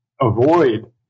avoid